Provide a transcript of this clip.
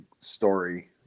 story